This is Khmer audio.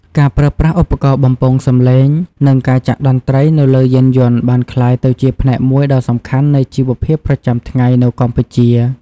ការប្រើប្រាស់ឧបករណ៍បំពងសម្លេង និងការចាក់តន្រ្តីនៅលើយានយន្តបានក្លាយទៅជាផ្នែកមួយដ៏សំខាន់នៃជីវភាពប្រចាំថ្ងៃនៅកម្ពុជា។